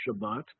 Shabbat